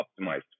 optimized